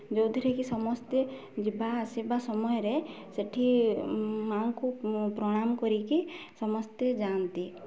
ଯେଉଁଥିରେ କି ସମସ୍ତେ ଯିବା ଆସିବା ସମୟରେ ସେଠି ମା'ଙ୍କୁ ପ୍ରଣାମ କରିକି ସମସ୍ତେ ଯାଆନ୍ତି